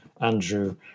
Andrew